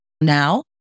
Now